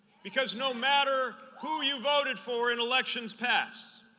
because no matter who you voted for in elections past,